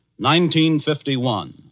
1951